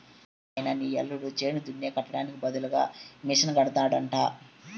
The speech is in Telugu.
నాయనా నీ యల్లుడు చేను దున్నే కట్టానికి బదులుగా మిషనడగతండాడు